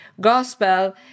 gospel